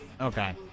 Okay